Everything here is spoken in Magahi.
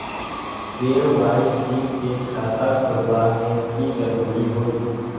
के.वाई.सी के खाता खुलवा में की जरूरी होई?